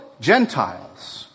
Gentiles